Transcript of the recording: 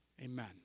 Amen